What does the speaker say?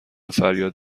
فریاد